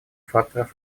факторов